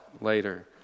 later